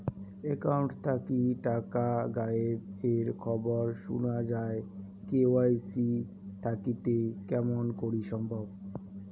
Account থাকি টাকা গায়েব এর খবর সুনা যায় কে.ওয়াই.সি থাকিতে কেমন করি সম্ভব?